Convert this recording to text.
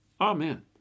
Amen